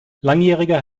langjähriger